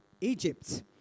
Egypt